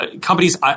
Companies